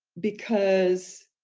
because